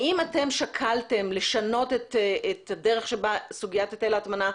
האם אתם שקלתם את הדרך שבה סוגיית היטל ההטמנה,